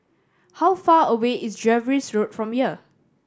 how far away is Jervois Road from here